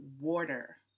water